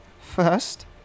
First